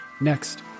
next